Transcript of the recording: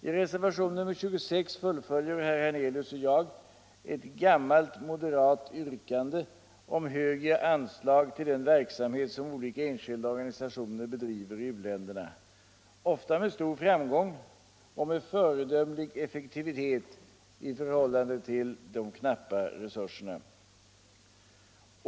I reservationen 26 fullföljer herr Hernelius och jag ett gammalt moderat yrkande om högre anslag till den verksamhet som olika enskilda organisationer bedriver i u-länderna — ofta med stor framgång och föredömligt effektivt i förhållande de knappa resurserna.